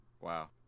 Wow